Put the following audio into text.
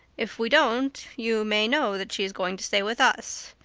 if we don't you may know that she is going to stay with us.